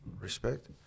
respect